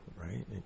right